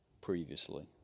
previously